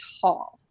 tall